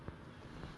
ya